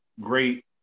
great